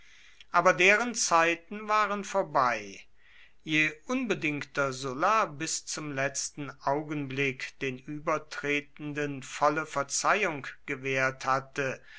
aber deren zeiten waren vorbei je unbedingter sulla bis zum letzten augenblick den übertretenden volle verzeihung gewährt hatte